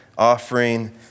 offering